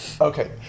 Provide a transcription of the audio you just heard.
Okay